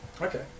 okay